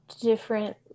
different